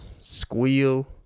squeal